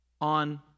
on